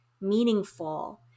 meaningful